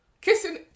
Kissing